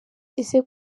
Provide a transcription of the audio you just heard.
ese